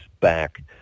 back